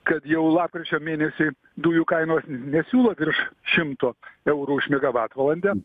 kad jau lapkričio mėnesį dujų kainos nesiūlo virš šimto eurų už megavatvalandę